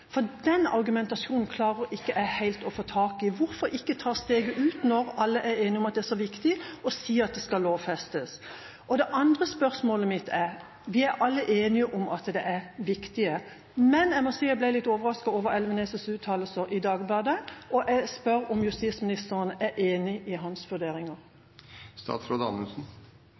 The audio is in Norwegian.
For den argumentasjonen klarer jeg ikke helt å få tak i. Hvorfor ikke ta steget ut – når alle er enige om at det er så viktig – og si at det skal lovfestes? Det andre spørsmålet mitt er: Vi er alle enige om at dette er viktig, men jeg må si jeg ble overasket over Elvenes’ uttalelser i Dagbladet, og jeg spør om justisministeren er enig i hans